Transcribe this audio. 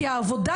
כי עבודה,